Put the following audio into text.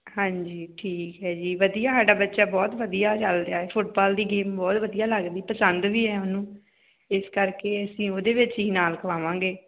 ਹਾਂਜੀ ਠੀਕ ਹੈ ਜੀ ਵਧੀਆ ਸਾਡਾ ਬੱਚਾ ਬਹੁਤ ਵਧੀਆ ਚੱਲ ਰਿਹਾ ਫੁੱਟਬਾਲ ਦੀ ਗੇਮ ਬਹੁਤ ਵਧੀਆ ਲੱਗਦੀ ਪਸੰਦ ਵੀ ਹੈ ਉਹਨੂੰ ਇਸ ਕਰਕੇ ਅਸੀਂ ਉਹਦੇ ਵਿੱਚ ਹੀ ਨਾਂ ਲਿਖਵਾਵਾਂਗੇ